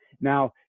now